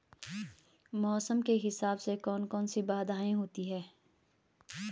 मौसम के हिसाब से कौन कौन सी बाधाएं होती हैं?